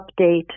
update